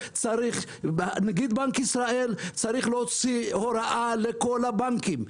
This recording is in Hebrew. נגיד בנק ישראל צריך להוציא הוראה לכל הבנקים,